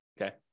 okay